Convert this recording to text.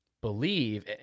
believe